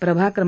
प्रभाग क्र